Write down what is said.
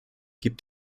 gibt